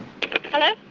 Hello